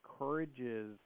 encourages